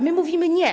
My mówimy: nie.